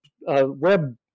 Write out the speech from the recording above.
web